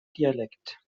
dialekt